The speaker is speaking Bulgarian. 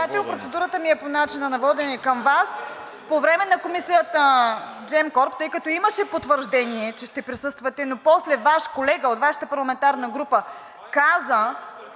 Председател, процедурата ми е по начина на водене към Вас. По време на Комисията Gemcorp, тъй като имаше потвърждение, че ще присъствате, но после Ваш колега, от Вашата парламентарна група, каза,